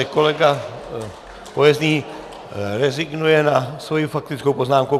Kolega Pojezný rezignuje na svoji faktickou poznámku.